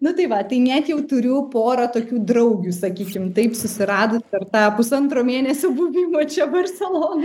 nu tai va tai net jau turiu porą tokių draugių sakykim taip susiradus per tą pusantro mėnesio buvimo čia barselonoj